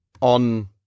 on